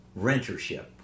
rentership